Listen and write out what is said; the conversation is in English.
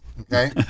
okay